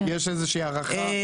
יש איזו שהיא הערכה?